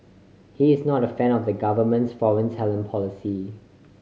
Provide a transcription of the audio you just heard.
he is not a fan of the government's foreign talent policy